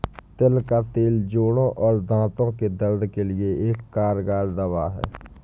तिल का तेल जोड़ों और दांतो के दर्द के लिए एक कारगर दवा है